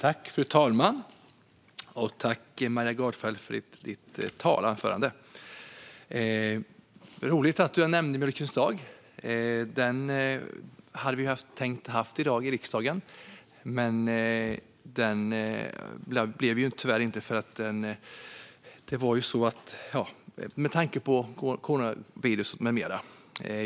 Fru talman! Tack, Maria Gardfjell, för ditt anförande! Det var roligt att du nämnde mjölkens dag. Den hade vi tänkt ha i riksdagen i dag, men det blev tyvärr inte av med tanke på coronaviruset med mera.